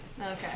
Okay